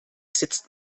sitzt